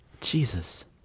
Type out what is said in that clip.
Jesus